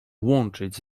łączyć